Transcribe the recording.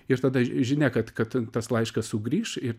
ir tada žinia kad kad tas laiškas sugrįš ir